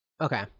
okay